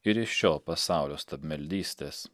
ir iš šio pasaulio stabmeldystės